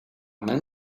man